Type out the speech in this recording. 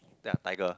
ya tiger